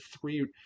three